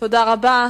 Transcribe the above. תודה רבה.